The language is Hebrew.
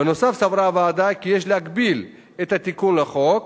בנוסף סברה הוועדה כי יש להגביל את התיקון לחוק